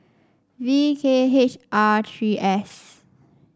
V K H R three S